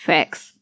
Facts